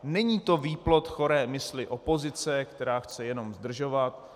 Není to výplod choré mysli opozice, která chce jenom zdržovat.